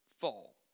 fall